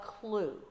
clue